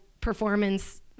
performance